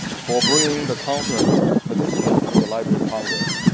for bringing the conference participants to the library of congress.